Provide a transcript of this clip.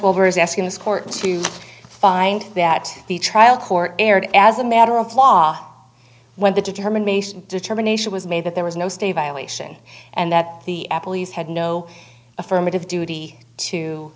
where is asking this court to find that the trial court erred as a matter of law when the determination determination was made that there was no state violation and that the apple has had no affirmative duty to